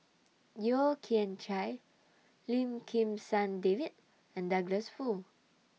Yeo Kian Chye Lim Kim San David and Douglas Foo